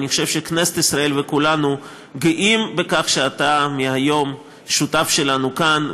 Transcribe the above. אני חושב שכנסת ישראל וכולנו גאים בכך שאתה מהיום שותף שלנו כאן,